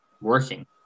working